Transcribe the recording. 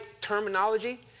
terminology